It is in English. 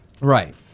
Right